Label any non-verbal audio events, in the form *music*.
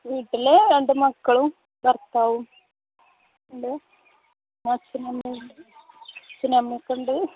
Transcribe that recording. വീട്ടിൽ രണ്ട് മക്കളും ഭർത്താവും ഉണ്ട് അച്ഛനും *unintelligible* പിന്നെ അമ്മയൊക്കെ ഉണ്ട്